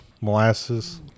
molasses